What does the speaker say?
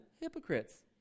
hypocrites